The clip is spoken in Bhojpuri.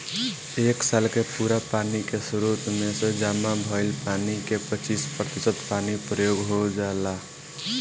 एक साल के पूरा पानी के स्रोत में से जामा भईल पानी के पच्चीस प्रतिशत पानी प्रयोग हो जाला